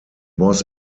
was